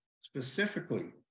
specifically